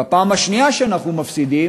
בפעם השנייה שאנחנו מפסידים,